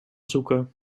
zoeken